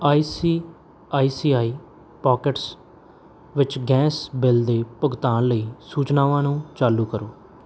I C I C I pockets ਵਿੱਚ gas bill ਦੇ ਭੁਗਤਾਨ ਲਈ ਸੂਚਨਾਵਾਂ ਨੂੰ ਚਾਲੂ ਕਰੋ